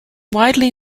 widely